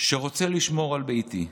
שרוצה לשמור על ביתי.